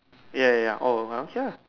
ya ya ya orh !huh! okay lah